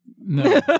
No